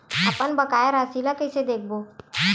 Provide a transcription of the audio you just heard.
अपन बकाया राशि ला कइसे देखबो?